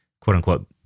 quote-unquote